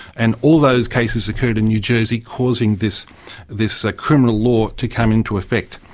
and all those cases occurred in new jersey, causing this this criminal law to come into effect.